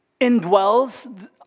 indwells